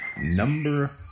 Number